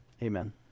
Amen